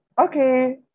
okay